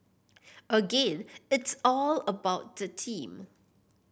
again it's all about the team